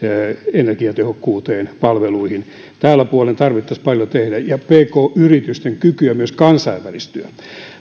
energiatehokkuuteen palveluihin tällä puolella tarvitsisi paljon tehdä ja tarvittaisiin pk yritysten kykyä myös kansainvälistyä